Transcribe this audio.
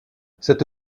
cette